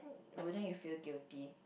wouldn't you feel guilty